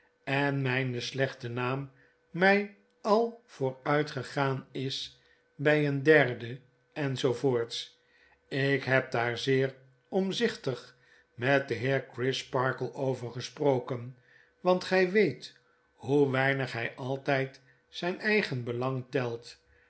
en mijn slechte naam my alvooruitgegaan is by een derde en zoo voorts ik heb daar zeer omzichtig met den heer crisparkle over gesproken want gij weet hoe weinig hi altyd zyn eigen belang telt